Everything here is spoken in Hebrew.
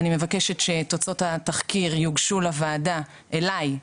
אני מבקשת שתוצאות התחקיר יוגשו לוועדה, אליי,